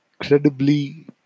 incredibly